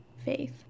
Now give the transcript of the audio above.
faith